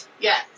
Yes